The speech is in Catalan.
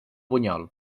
bunyol